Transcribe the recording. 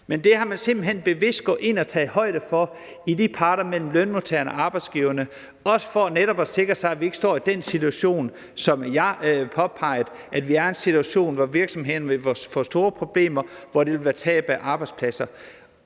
Men det er man simpelt hen bevidst gået ind og har taget højde for hos parterne, altså lønmodtagerne og arbejdsgiverne, også for netop at sikre sig, at vi ikke kommer til at stå i den situation, som jeg påpegede, nemlig at virksomhederne vil få store problemer, og at det vil betyde tab af arbejdspladser.